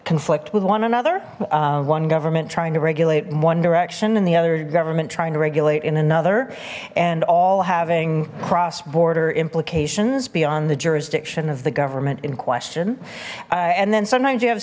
conflict with one another one government trying to regulate in one direction and the other government trying to regulate in another and all having cross border implications beyond the jurisdiction of the government in question and then sometimes you have